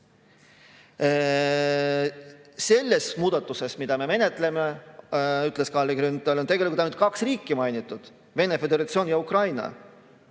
Selles muudatuses, mida me menetleme, ütles Kalle Grünthal, on tegelikult ainult kaks riiki mainitud: Venemaa Föderatsioon ja Ukraina,